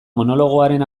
monologoaren